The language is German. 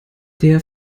der